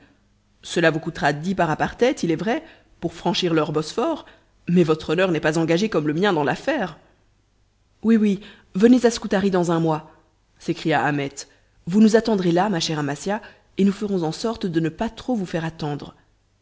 cela vous coûtera dix paras par tête il est vrai pour franchir leur bosphore mais votre honneur n'est pas engagé comme le mien dans l'affaire oui oui venez à scutari dans un mois s'écria ahmet vous nous attendrez là ma chère amasia et nous ferons en sorte de ne pas trop vous faire attendre